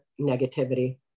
negativity